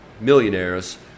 millionaires